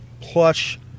plush